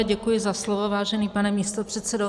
Děkuji za slovo, vážený pane místopředsedo.